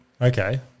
okay